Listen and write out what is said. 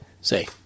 Say